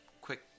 quick